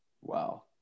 Wow